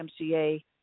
mca